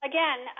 Again